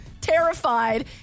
terrified